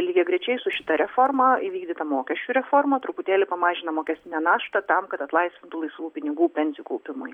lygiagrečiai su šita reforma įvykdyta mokesčių reforma truputėlį pamažino mokestinę naštą tam kad atlaisvintų laisvų pinigų pensijų kaupimui